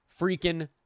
freaking